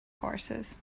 horses